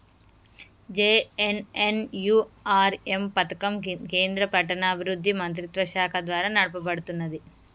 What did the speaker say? JNNURM పథకం కేంద్ర పట్టణాభివృద్ధి మంత్రిత్వశాఖ ద్వారా నడపబడుతున్నది